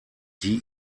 die